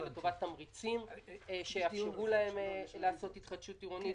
לטובת תמריצים שיאפשרו להם לעשות התחדשות עירונית.